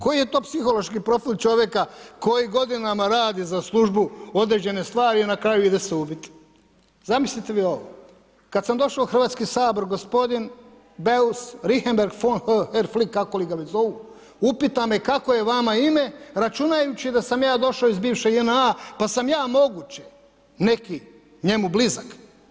Koji su to psihološki profil čovjeka koji godinama radi za službu određene stvari i na kraju ide suditi, zamislite vi ovo, kada sam došao u Hrvatski sabor gospodin Beus Richembergh … kako li ga već zovu, upita me kako je vama ime, računajući da sam ja došao iz bivše JNA pa sam ja mogući, neki njemu blizak.